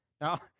Now